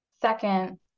Second